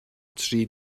tri